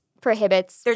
prohibits